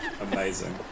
Amazing